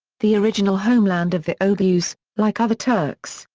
the original homeland of the oghuz, like other turks,